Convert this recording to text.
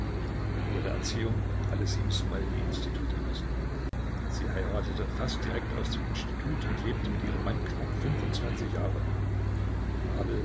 ihre erziehung hatte sie im smolnyj institut genossen sie heiratete fast direkt aus dem institut und lebte mit ihrem manne knapp fünfundzwanzig jahre